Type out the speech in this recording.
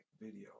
video